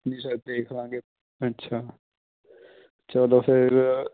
ਜੀ ਸਰ ਦੇਖ ਲਵਾਂਗੇ ਅੱਛਾ ਚਲੋ ਫਿਰ